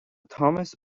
tomás